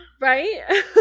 Right